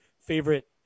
favorite